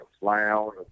loud